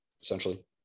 essentially